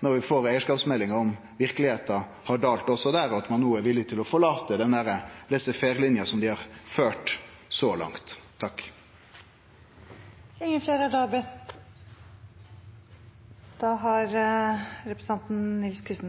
når vi får eigarskapsmeldinga, om verkelegheita har dalt ned også der, om ein no er villig til å forlate den laissezfairelinja som ein har ført så langt. I fjor var næringskomiteen i Finland. Der fikk vi en veldig